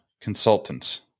consultants